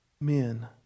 men